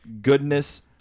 goodness